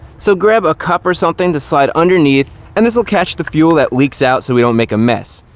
so grab a cup or something to slide underneath and this will catch the fuel that leaks out so we don't make a mess.